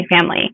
family